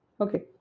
Okay